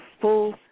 full